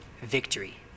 victory